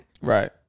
Right